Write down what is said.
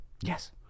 Yes